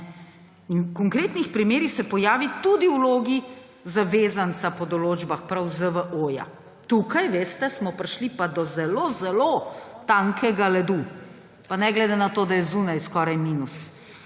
In v konkretnih primerih se pojavi tudi v vlogi zavezanca po določbah prav ZVO. Tukaj, veste, smo prišli pa do zelo zelo tankega ledu, pa ne glede na to, da je zunaj skoraj minus.